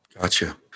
Gotcha